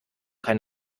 kein